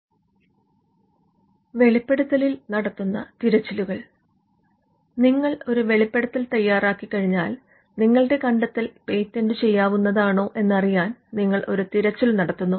searching with the disclosure വെളിപ്പെടുത്തലിൽ നടത്തുന്ന തിരച്ചിലുകൾ നിങ്ങൾ ഒരു വെളിപ്പെടുത്തൽ തയ്യാറാക്കി കഴിഞ്ഞാൽ നിങ്ങളുടെ കണ്ടെത്തൽ പേറ്റന്റ് ചെയ്യാവുന്നതാണോ എന്നറിയാൻ നിങ്ങൾ ഒരു തിരച്ചിൽ നടത്തുന്നു